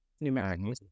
numerically